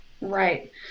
Right